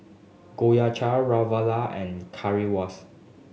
Gyoza Ravioli and Currywurst